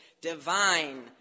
divine